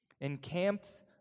encamped